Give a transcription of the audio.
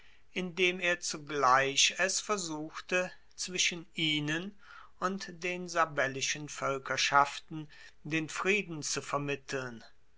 indem er zugleich es versuchte zwischen ihnen und den sabellischen voelkerschaften den frieden zu vermitteln